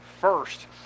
first